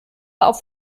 auf